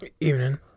Evening